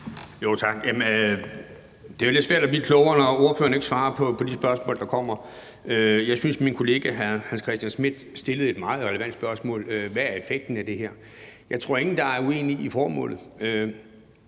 (V): Tak. Det er jo lidt svært at blive klogere, når ordføreren ikke svarer på de spørgsmål, der kommer. Jeg synes, min kollega hr. Hans Christian Schmidt stillede et meget relevant spørgsmål, nemlig: Hvad er effekten af det her? Jeg tror ikke, der er nogen, der er uenige i formålet.